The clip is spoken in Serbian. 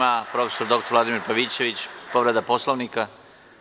Reč ima prof. dr Vladimir Pavićević, povreda Poslovnika.